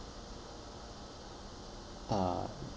uh